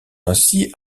ainsi